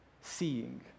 seeing